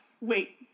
Wait